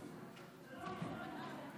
מאה אחוז,